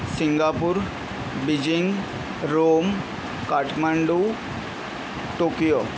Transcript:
Singapore Beijing Rome Kathmandu Tokyo